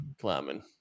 climbing